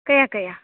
કયા કયા